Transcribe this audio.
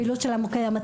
לא